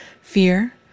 fear